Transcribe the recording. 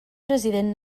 president